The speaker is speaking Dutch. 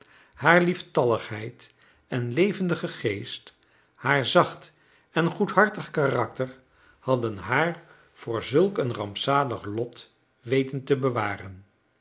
haar lieftalligheid en levendige geest haar zacht en goedhartig karakter hadden haar voor zulk een rampzalig lot weten te bewaren